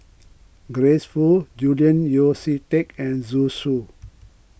Grace Fu Julian Yeo See Teck and Zhu Xu